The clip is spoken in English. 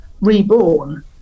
reborn